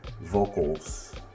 vocals